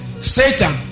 Satan